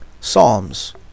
psalms